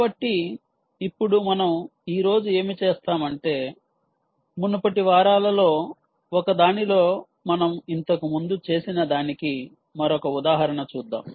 కాబట్టి ఇప్పుడు మనం ఈ రోజు ఏమి చేస్తాం అంటే మునుపటి వారాలలో ఒకదానిలో మనం ఇంతకు ముందు చేసిన దానికి మరొక ఉదాహరణ చూద్దాం